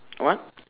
what